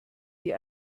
die